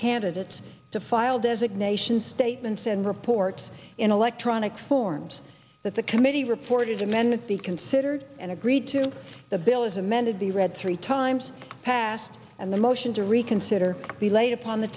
candidates to file designation statements and reports in electronic forms that the committee reported to men be considered and agreed to the bill as amended the read three times passed and the motion to reconsider the late upon the